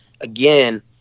again